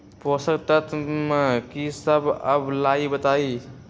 पोषक तत्व म की सब आबलई बताई?